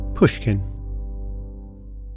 Pushkin